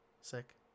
sick